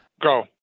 Go